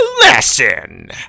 lesson